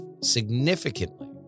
significantly